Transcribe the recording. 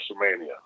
WrestleMania